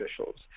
officials